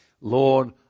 Lord